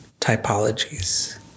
Typologies